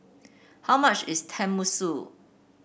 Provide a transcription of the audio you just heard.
how much is Tenmusu